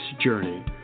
journey